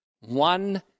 one